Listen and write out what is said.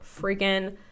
freaking